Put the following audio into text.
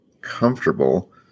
comfortable